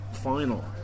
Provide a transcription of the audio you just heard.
final